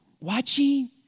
watching